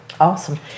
Awesome